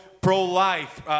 pro-life